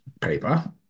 paper